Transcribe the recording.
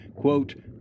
quote